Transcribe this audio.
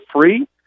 free